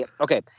Okay